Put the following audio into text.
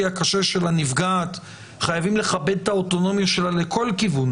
הקשה של הנפגעת חייבים לכבד את האוטונומיה שלה לכל כיוון.